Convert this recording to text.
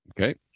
Okay